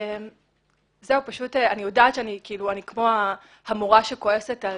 אני יודעת שאני כמו המורה שכועסת על